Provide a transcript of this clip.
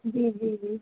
جی جی جی